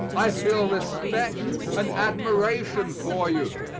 i feel respect and admiration for you.